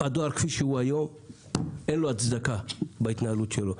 הדואר כפי שהוא היום, אין לו הצדקה בהתנהלות שלו.